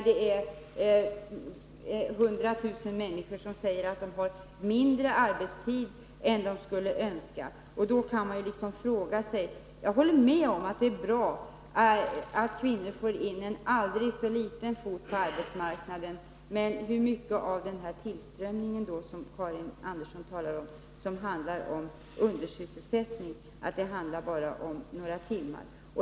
Det är 100 000 människor som säger att de har mindre arbetstid än de skulle önska. Jag kan hålla med om att det är bra att kvinnor får in en aldrig så liten fot på arbetsmarknaden. Men hur mycket av den tillströmning som Karin Andersson talar om handlar om undersysselsättning eller är en fråga om bara några timmar?